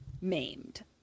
maimed